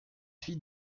fille